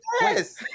Yes